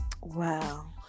wow